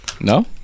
No